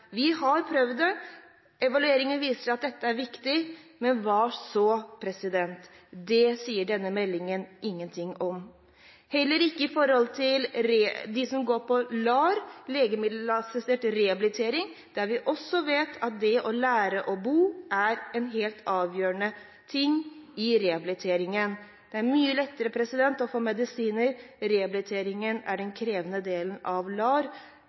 Vi har prøvd det – evalueringen viser at dette er viktig, men hva så? Det sier denne meldingen ingenting om. Heller ikke når det gjelder de som er på LAR, legemiddelassistert rehabilitering, der vi også vet at det å lære å bo er en helt avgjørende ting i rehabiliteringen. Det er mye lettere å få medisiner, rehabiliteringen er den krevende delen av LAR.